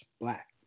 black